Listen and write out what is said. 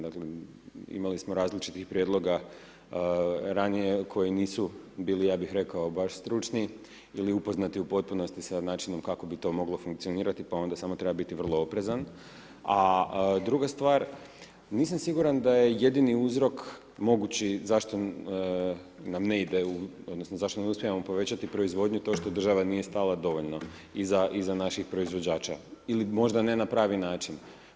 Dakle, imali smo različitih prijedloga ranije koji nisu bili ja bih rekao baš stručni ili upoznati u potpunosti sa način kako bi to moglo funkcionirati, pa onda samo treba biti vrlo oprezan, a druga stvar, nisam siguran da je jedini uzrok mogući zašto nam ne ide, odnosno zašto ne uspjevamo povećati proizvodnju to što država nije stala dovoljno iza naših proizvođača ili možda ne na pravi način.